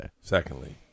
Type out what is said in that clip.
Secondly